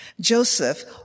Joseph